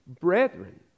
brethren